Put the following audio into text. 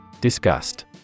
Disgust